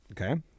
Okay